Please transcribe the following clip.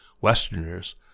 Westerners